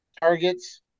targets